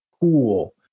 cool